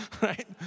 right